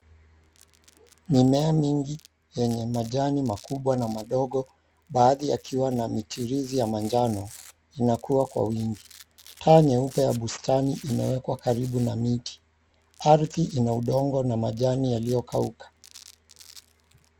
Mimea mingi yenye majani makubwa na madogo baadhi yakiwa na mitirizi ya manjano, inakuwa kwa wingi. Taa nyeupe ya bustani imeekwa karibu na miti. Ardhi ina udongo na majani yaliyo kauka.